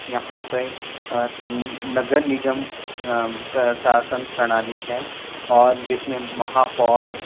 यहाँ पे नगर निगम प्रसाशन प्रणाली है और जिसमें महापौर